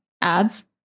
ads